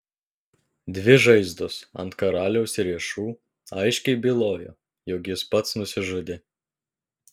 dvi žaizdos ant karaliaus riešų aiškiai bylojo jog jis pats nusižudė